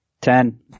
Ten